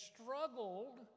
struggled